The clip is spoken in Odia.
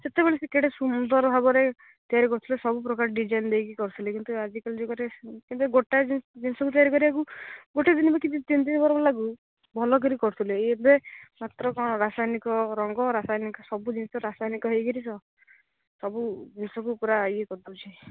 ସେତେବେଳେ ସେ କେଡ଼େ ସୁନ୍ଦର ଭାବରେ ତିଆରି କରୁଥିଲେ ସବୁପ୍ରକାର ଡିଜାଇନ୍ ଦେଇକି କରିଥିଲେ କିନ୍ତୁ ଆଜିକାଲି ଯୁଗରେ ଗୋଟାଏ ଜିନିଷକୁ ତିଆରି କରିବାକୁ ଗୋଟେ ଦିନ କି ତିନି ଦିନ ବରଂ ଲାଗୁ ଭଲ କରିଥିଲେ ଏବେ ମାତ୍ର କ'ଣ ରାସାୟନିକ ରଙ୍ଗ ରାସାୟନିକ ସବୁ ଜିନିଷ ରାସାୟନିକ ହେଇକିରି ସବୁ ଜିନିଷକୁ ପୁରା ଇଏ କରି ଦେଉଛି